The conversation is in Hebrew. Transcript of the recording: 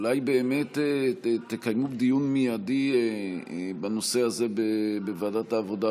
אולי באמת תקיימו דיון מיידי בנושא הזה בוועדת העבודה,